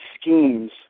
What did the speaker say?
schemes